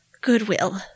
goodwill